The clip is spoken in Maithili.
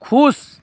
खुश